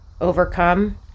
overcome